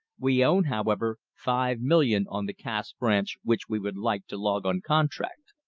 we own, however, five million on the cass branch which we would like to log on contract.